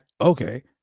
okay